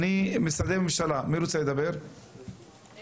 חנה